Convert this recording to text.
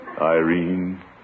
Irene